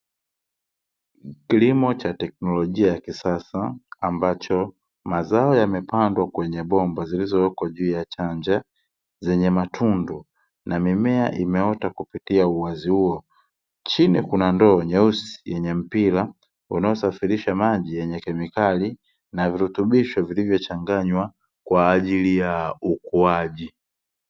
Kilimo cha teknolojia ya kisasa ambacho mazao yamepandwa kwenye bomba zilizowekwa juu ya chanja, zenye matundu na mimea imeota kupitia uwazi huo. Chini kuna ndoo nyeusi yenye mpira, unaosafirisha maji yenye kemikali na virutubisho vilivyochanganywa kwa ajili ya ukuaji.